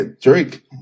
Drake